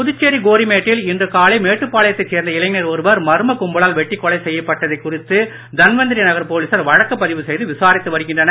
புதுச்சேரி கோரிமேட்டில் இன்று காலை மேட்டுப்பாளையத்தைச் சேர்ந்த இளைஞர் ஒருவர் மர்ம கும்பலால் வெட்டி கொலை செய்யப்பட்டது குறித்து தன்வந்திரி நகர் போலீசார் வழக்கு பதிவு செய்து விசாரித்து வருகின்றனர்